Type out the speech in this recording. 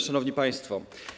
Szanowni Państwo!